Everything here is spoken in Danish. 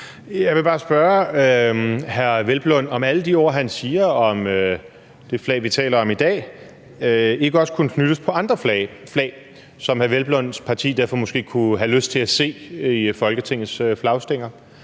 Peder Hvelplund, om alle de ord, han siger om det flag, vi taler om i dag, ikke også kunne knyttes på andre flag, som hr. Hvelplunds parti derfor måske kunne have lyst til at se i Folketingets flagstænger.